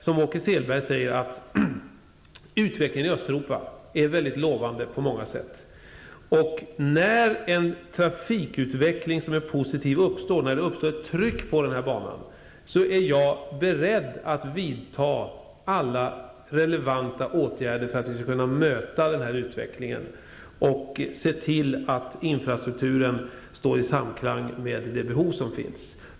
Som Åke Selberg säger, är utvecklingen i Östeuropa mycket lovande på många sätt. När det sker en trafikutveckling som är positiv, när det uppstår ett tryck på den här banan, är jag beredd att vidta alla relevanta åtgärder för att man skall kunna möta den utvecklingen och se till att infrastrukturen står i samklang med behoven.